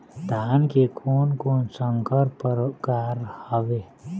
धान के कोन कोन संकर परकार हावे?